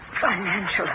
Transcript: Financial